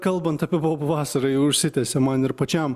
kalbant apie bobų vasarą jau užsitęsė man ir pačiam